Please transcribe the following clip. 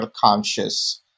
conscious